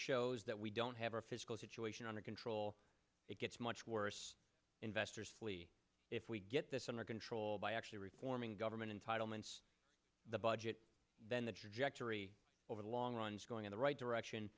reshow is that we don't have our physical situation under control it gets much worse investors flee if we get this under control by actually reforming government entitlements the budget then the trajectory over the long run is going in the right direction